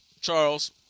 Charles